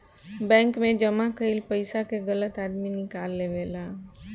bank मे जमा कईल पइसा के गलत आदमी निकाल लेवेला